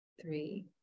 three